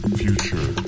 future